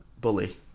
bully